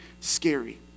scary